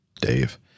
Dave